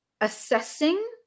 assessing